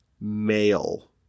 male